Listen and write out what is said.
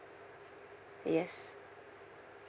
yes